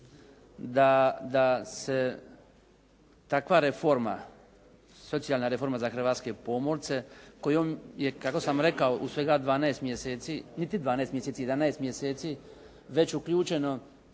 da se takva reforma, socijalna reforma za hrvatske pomorce, kojom je kako sam rekao u svega 12 mjeseci, niti 12 mjeseci, 11 mjeseci, već uključeno